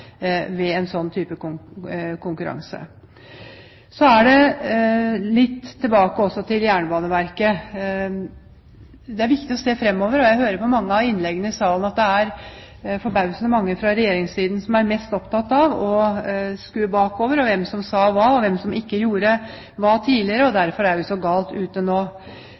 ved en slik type konkurranse. Så litt tilbake til Jernbaneverket. Det er viktig å se framover, og jeg hører på mange av innleggene i salen at det er forbausende mange fra regjeringssiden som er mest opptatt av å skue bakover – se på hvem som sa hva, og hvem som ikke gjorde hva tidligere – og derfor er vi så galt ute nå.